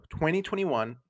2021